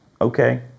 Okay